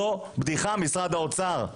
זו בדיחה, משרד האוצר.